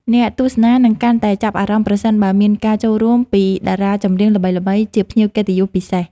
អ្នកទស្សនានឹងកាន់តែចាប់អារម្មណ៍ប្រសិនបើមានការចូលរួមពីតារាចម្រៀងល្បីៗជាភ្ញៀវកិត្តិយសពិសេស។